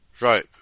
Right